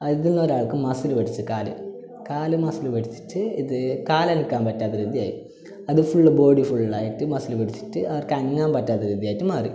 അതീന്നൊരാൾക്ക് muscle പിടിച്ച് കാൽ കാൽ മസ്സിൽ പിടിച്ചിട്ട് ഇത് കാൽ അനക്കാൻ പറ്റാത്ത രീതി ആയി അത് ഫുള്ള് ബോഡി ഫുള്ളായിട്ട് മസ്സിൽ പിടിചിട്ട് അവർക്ക് അനങ്ങാൻ പറ്റാത്ത രീതി ആയിട്ട് മാറി